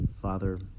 father